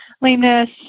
lameness